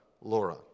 Laura